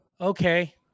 Okay